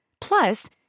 Plus